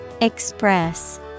Express